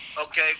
Okay